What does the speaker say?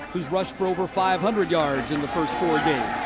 rushed for over five hundred yards in the first four games.